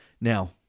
Now